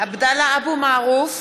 (קוראת בשמות